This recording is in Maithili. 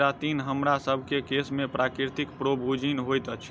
केरातिन हमरासभ केँ केश में प्राकृतिक प्रोभूजिन होइत अछि